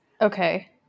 Okay